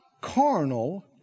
carnal